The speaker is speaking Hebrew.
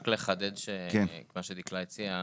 רק לחדד את מה שדקלה הציעה.